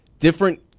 Different